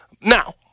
Now